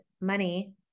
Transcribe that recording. money